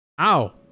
Ow